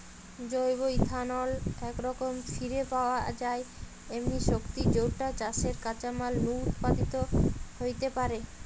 জৈব ইথানল একরকম ফিরে পাওয়া যায় এমনি শক্তি যৌটা চাষের কাঁচামাল নু উৎপাদিত হেইতে পারে